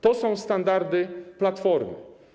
To są standardy Platformy.